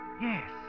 Yes